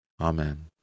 Amen